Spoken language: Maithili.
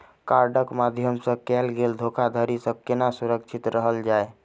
कार्डक माध्यम सँ कैल गेल धोखाधड़ी सँ केना सुरक्षित रहल जाए?